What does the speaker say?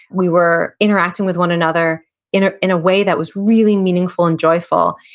we were interacting with one another in ah in a way that was really meaningful and joyful.